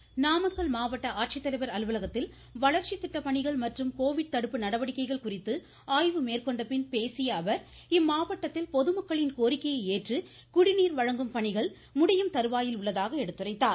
voice Namakkal மாவட்ட ஆட்சித் தலைவர் அலுவலகத்தில் வளர்ச்சித் திட்டப்பணிகள் மற்றும் கோவிட் தடுப்பு நடவடிக்கைகள் குறித்து ஆய்வு மேற்கொண்டபின் பேசிய அவர் இம்மாவட்டத்தில் பொதுமக்களின் கோரிக்கையை ஏற்று குடிநீர் வழங்கும் பணிகள் விரைவில் முடிவடைய உள்ளதாக எடுத்துரைத்தார்